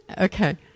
Okay